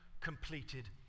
completed